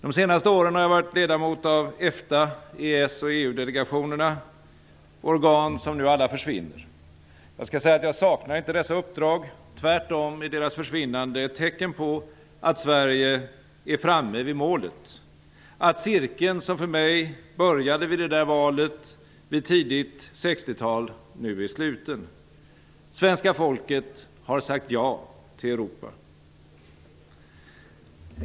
De senaste åren har jag varit ledamot i EFTA-, EES och EU-delegationerna, organ som nu alla försvinner. Jag saknar inte dessa uppdrag - tvärtom är deras försvinnande ett tecken på att Sverige är framme vid målet, att cirkeln som för mig började vid det där valet vid tidigt 60-tal nu är sluten. Svenska folket har sagt ja till Europa.